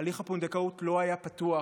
הליך הפונדקאות לא היה פתוח